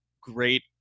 great